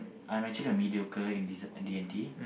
I'm actually a mediocre in this D and T